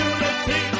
Unity